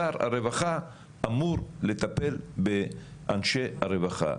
שר הרווחה אמור לטפל באנשי הרווחה.